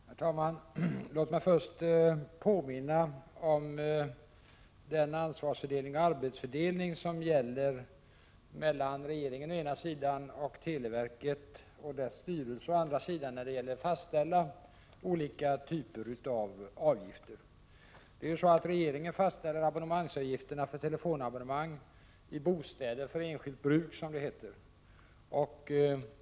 Herr talman! Låt mig först påminna om den ansvarsfördelning och den arbetsfördelning som gäller mellan regeringen å ena sidan och televerket och dess styrelse å andra sidan i fråga om att fastställa olika typer av avgifter. Regeringen fastställer abonnemangsavgifterna för telefonabonnemang i bostäder — för enskilt bruk, som det heter.